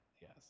Yes